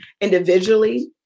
individually